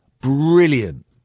Brilliant